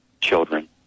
children